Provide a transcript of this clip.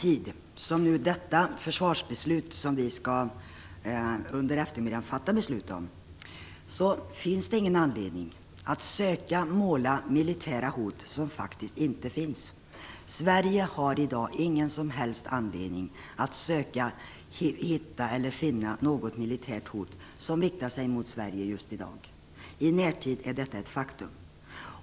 Inför det försvarsbeslut som vi under eftermiddagen skall fatta finns det ingen anledning att måla upp militära hot som faktiskt inte finns. Sverige har just i dag ingen som helst anledning att känna att något militärt hot riktar sig mot vårt land. I närtid är detta ett faktum.